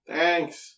Thanks